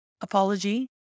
apology